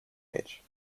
age